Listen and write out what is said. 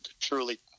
truly